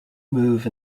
move